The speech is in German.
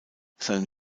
seine